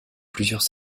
plusieurs